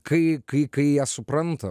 kai kai kai jie supranta